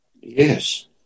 Yes